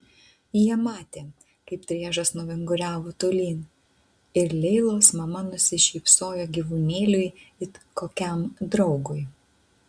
jie matė kaip driežas nuvinguriavo tolyn ir leilos mama nusišypsojo gyvūnėliui it kokiam draugui